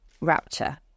rapture